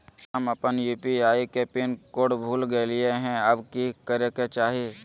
हम अपन यू.पी.आई के पिन कोड भूल गेलिये हई, अब की करे के चाही?